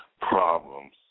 problems